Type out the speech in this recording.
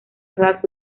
class